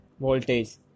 voltage